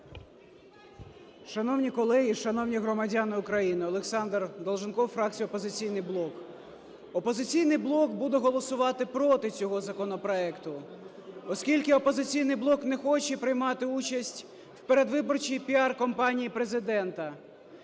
Шановні колеги, шановні громадяни України! Олександр Долженков, фракція "Опозиційний блок". "Опозиційний блок" буде голосувати проти цього законопроекту, оскільки "Опозиційний блок" не хоче приймати участь передвиборчій піар-кампанії Президента.